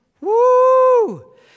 Woo